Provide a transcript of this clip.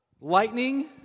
lightning